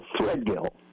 Threadgill